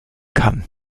kann